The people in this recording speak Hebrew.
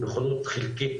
נכונות חלקית,